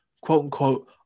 quote-unquote